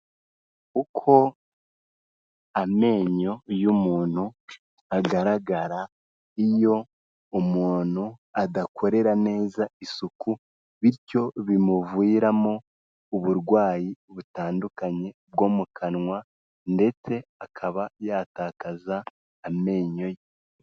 Uko amenyo y'umuntu agaragara iyo umuntu adakorera neza isuku bityo bimuviramo uburwayi butandukanye bwo mu kanwa ndetse akaba yatakaza amenyo ye.